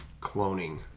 cloning